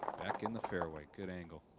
back in the fairly good angle.